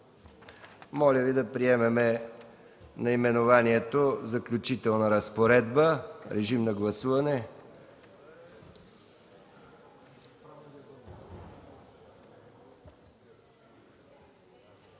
Моля да приемем наименованието „Заключителна разпоредба”. Режим на гласуване.